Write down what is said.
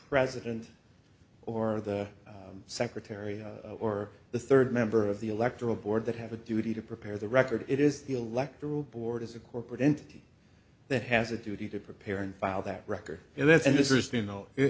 president or the secretary or the third member of the electoral board that have a duty to prepare the record it is the electoral board is a corporate entity that has a duty to prepare and file that record and that's interesting though it